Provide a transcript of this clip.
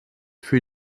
für